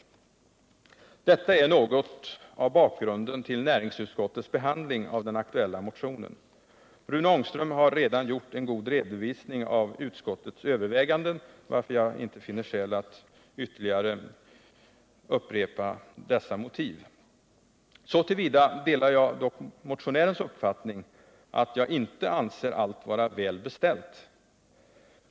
Detta är något av bakgrunden till näringsutskottets behandling av den aktuella motionen. Rune Ångström har redan gjort en god redovisning av utskottets överväganden, varför jag inte finner skäl att ytterligare upprepa dessa motiv. Så till vida delar jag dock motionärens uppfattning att jag inte anser allt vara väl beställt.